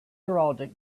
heraldic